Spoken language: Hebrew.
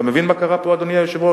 אתה מבין מה קרה פה, אדוני היושב-ראש?